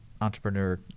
entrepreneur